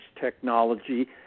technology